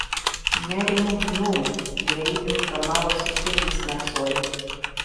nerimu nūn beribiu kamavosi širdys narsuolių